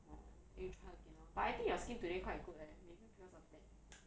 oh you try again lor but I think your skin today quite good eh maybe because of that